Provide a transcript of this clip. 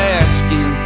asking